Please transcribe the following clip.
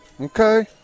Okay